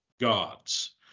gods